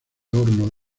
horno